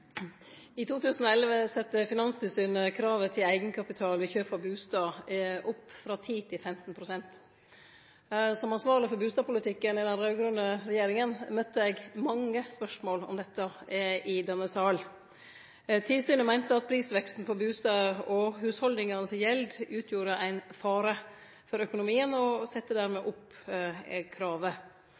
I 2011 sette Finanstilsynet kravet til eigenkapital ved kjøp av bustad opp frå 10 pst. til 15 pst. Som ansvarleg for bustadpolitikken i den raud-grøne regjeringa møtte eg mange spørsmål om dette i denne salen. Finanstilsynet meinte at prisveksten på bustader og hushalda si gjeld utgjorde ein fare for økonomien, og sette dermed opp kravet.